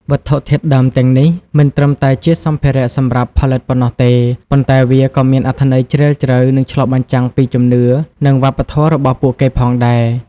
វត្ថុធាតុដើមទាំងនេះមិនត្រឹមតែជាសម្ភារៈសម្រាប់ផលិតប៉ុណ្ណោះទេ ប៉ុន្តែវាក៏មានអត្ថន័យជ្រាលជ្រៅ និងឆ្លុះបញ្ចាំងពីជំនឿ និងវប្បធម៌របស់ពួកគេផងដែរ។